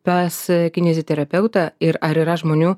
pas kineziterapeutą ir ar yra žmonių